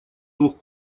двух